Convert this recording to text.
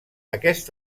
aquest